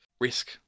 risk